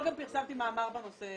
גם פרסמתי מאמר בנושא,